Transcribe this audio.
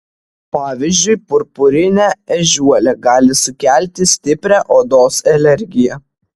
pavyzdžiui purpurinė ežiuolė gali sukelti stiprią odos alergiją